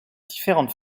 différentes